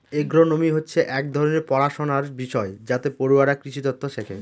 agronomy হচ্ছে এক ধরনের পড়াশনার বিষয় যাতে পড়ুয়ারা কৃষিতত্ত্ব শেখে